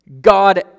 God